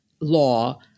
law